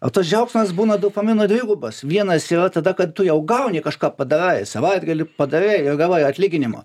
o tas džiaugsmas būna dopamino dvigubas vienas yra tada kad tu jau gauni kažką padarai savaitgalį padarei ir gavai atlyginimą